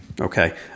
Okay